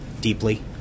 deeply